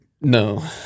No